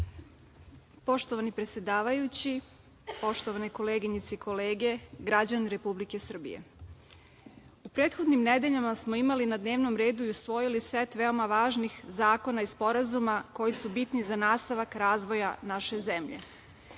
Poštovani predsedavajući, poštovane koleginice i kolege, građani Republike Srbije, u prethodnim nedeljama smo imali na dnevnom redu i usvojili set veoma važnih zakona i sporazuma koji su bitni za nastavak razvoja naše zemlje.